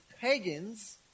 pagans